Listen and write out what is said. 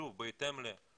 שוב בהתאם ל-,